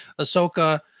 Ahsoka